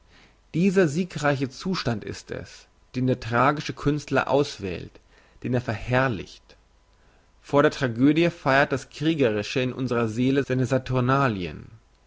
dieser siegreiche zustand ist es den der tragische künstler auswählt den er verherrlicht vor der tragödie feiert das kriegerische in unserer seele seine